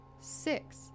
Six